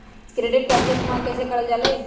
Credit card के इस्तेमाल कईसे करल जा लई?